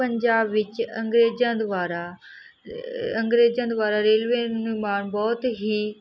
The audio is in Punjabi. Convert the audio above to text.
ਪੰਜਾਬ ਵਿੱਚ ਅੰਗਰੇਜ਼ਾਂ ਦੁਆਰਾ ਅੰਗਰੇਜ਼ਾਂ ਦੁਆਰਾ ਰੇਲਵੇ ਨਿਰਵਾਨ ਬਹੁਤ ਹੀ